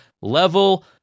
level